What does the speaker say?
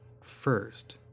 first